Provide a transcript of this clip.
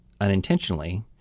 unintentionally